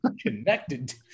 Connected